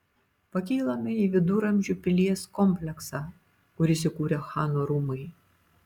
pakylame į viduramžių pilies kompleksą kur įsikūrę chano rūmai